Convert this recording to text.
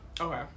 Okay